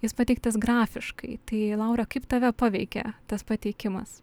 jis pateiktas grafiškai tai laura kaip tave paveikė tas pateikimas